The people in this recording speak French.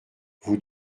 vous